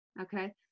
okay